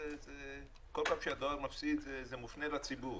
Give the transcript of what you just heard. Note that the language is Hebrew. כל פעם שהדואר מפסיד זה מופנה לציבור.